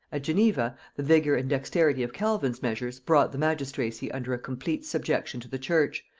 at geneva, the vigor and dexterity of calvin's measures brought the magistracy under a complete subjection to the church,